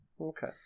Okay